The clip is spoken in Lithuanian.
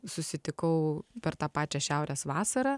susitikau per tą pačią šiaurės vasarą